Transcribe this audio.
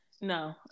no